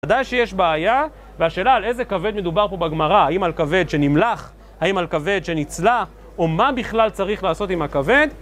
וודאי שיש בעיה, והשאלה על איזה כבד מדובר פה בגמרא, האם על כבד שנמלח, האם על כבד שנצלה, או מה בכלל צריך לעשות עם הכבד